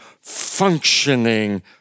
functioning